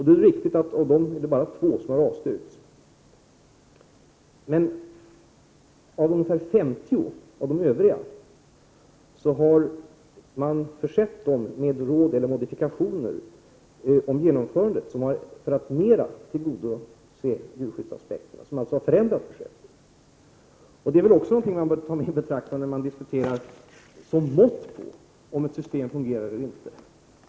Det är riktigt att det bara är två av dem som har avstyrkts. Ungefär 50 av de övriga ansökningarna har man dock försett med råd eller modifikationer beträffande genomförandet för att bättre tillgodose djurskyddsaspekterna. Det har således förändrat projektet. Detta är väl också någonting som man bör ta i beaktande när man diskuterar huruvida ett system fungerar eller inte.